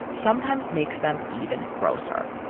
sometimes makes them even grosser.